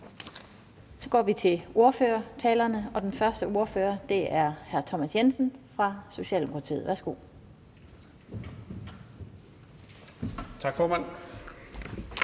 Nu går vi til ordførertalerne, og den første ordfører er hr. Thomas Jensen fra Socialdemokratiet. Værsgo. Kl.